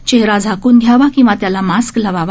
चेहरा झाकून घ्यावा किंवा त्याला मास्क लावावा